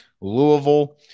Louisville